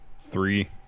Three